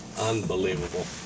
unbelievable